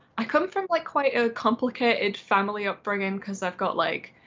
i come from like quite a complicated family upbringing because i've got like